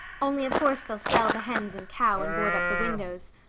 only of course they'll sell the hens and cow, and board up the windows.